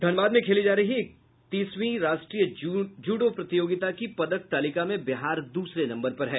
धनबाद में खेली जा रही इकतीसवीं राष्ट्रीय जूडो प्रतियोगिता की पदक तालिका में बिहार दूसरे नम्बर पर है